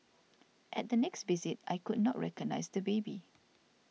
at the next visit I could not recognise the baby